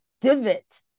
divot